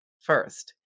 first